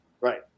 Right